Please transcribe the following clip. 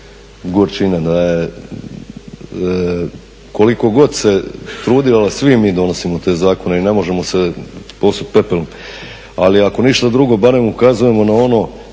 gorčine. Koliko god se trudili, svi mi donosimo te zakone i ne možemo se posut pepelom, ali ako ništa drugo barem ukazujemo na ono